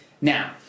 Now